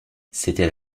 c’était